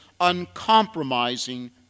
uncompromising